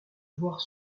voir